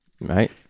right